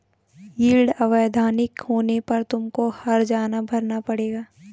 yield अवैधानिक होने पर तुमको हरजाना भरना पड़ेगा